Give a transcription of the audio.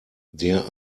der